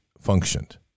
functioned